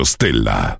Stella